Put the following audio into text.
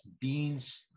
beans